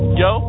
yo